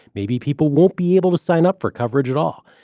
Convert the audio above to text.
maybe people won't be able to sign up for coverage at all.